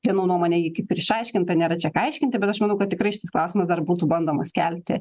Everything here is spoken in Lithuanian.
kieno nuomonė ji kaip ir išaiškinta nėra čia ką aiškinti bet aš manau kad tikrai šis klausimas dar būtų bandomas kelti